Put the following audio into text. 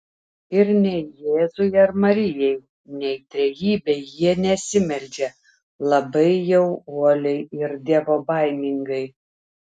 ir nei jėzui ar marijai nei trejybei jie nesimeldžia labai jau uoliai ir dievobaimingai